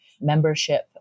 membership